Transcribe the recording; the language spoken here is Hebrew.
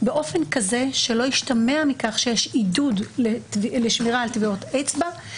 באופן כזה שלא ישתמע מכך שיש עידוד לשמירה על טביעות אצבע,